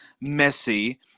messy